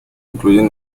incluyen